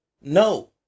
no